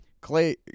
Clay